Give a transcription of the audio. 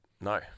no